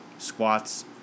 squats